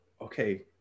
okay